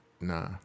nah